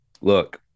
Look